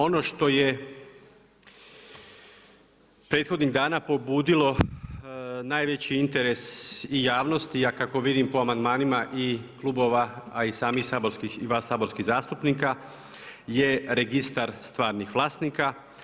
Ono što je prethodnih dana probudilo najveći interes i javnost, a kako vidim i po amandmanima i klubova, a i samih vas saborskih zastupnika, je registar stvarnih vlasnika.